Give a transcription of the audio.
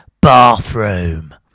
bathroom